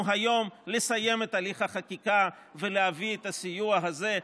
היום לסיים את תהליך החקיקה ולהביא לאותם